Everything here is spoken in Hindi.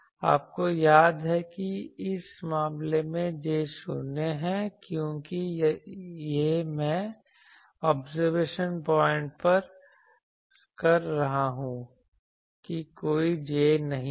आपको याद है कि इस मामले में J 0 है क्योंकि यह मैं ऑब्जर्वेशन पॉइंट पर कर रहा हूं की कोई J नहीं है